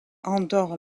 andorre